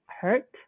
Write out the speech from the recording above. hurt